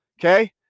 Okay